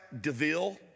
DeVille